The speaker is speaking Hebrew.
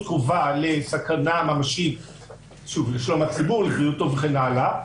קרובה לסכנה ממשית של בריאות הציבור וכן הלאה,